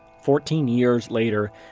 fourteen years later,